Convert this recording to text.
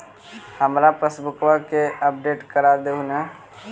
हमार पासबुकवा के अपडेट कर देहु ने?